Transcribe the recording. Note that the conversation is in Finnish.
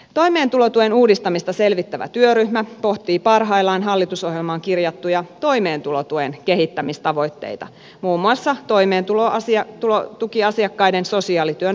toimeentulotuen uudistamista selvittävä työryhmä pohtii parhaillaan hallitusohjelmaan kirjattuja toimeentulotuen kehittämistavoitteita muun muassa toimeentulotukiasiakkaiden sosiaalityön vahvistamista